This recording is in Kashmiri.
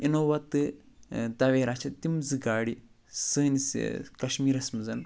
اِنووا تہٕ تویرا چھِ تِم زٕ گاڑِ سٲنِس کَشمیٖرَس منٛز